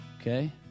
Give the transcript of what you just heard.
Okay